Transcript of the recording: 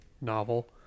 novel